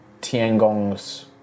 Tiangong's